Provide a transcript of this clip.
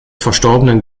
verstorbenen